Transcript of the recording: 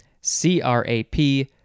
C-R-A-P